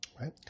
right